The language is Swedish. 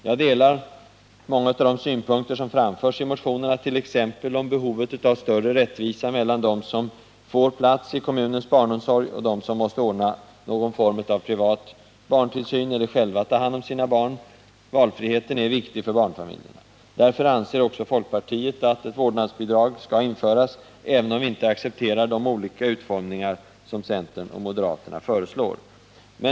Jag delar många av de synpunkter som har framförts i motionerna, t.ex. om behovet av större rättvisa mellan dem som får plats i kommunens barnomsorg och dem som måste ordna någon form av privat barntillsyn eller som själva är tvungna att ta hand om sina barn. Valfriheten är viktig för barnfamiljerna. Därför anser också folkpartiet att vårdnadsbidrag skall införas, även om folkpartiet inte accepterar de olika utformningar som centerpartiet och moderata samlingspartiet föreslår.